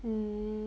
um